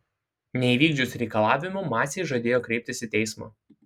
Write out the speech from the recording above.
neįvykdžius reikalavimų maciai žadėjo kreiptis į teismą